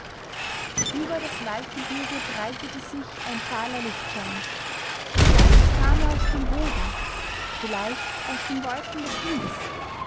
über das waldgebirge breitete sich ein fahler lichtschein vielleicht kam er aus dem boden vielleicht aus den wolken des himmels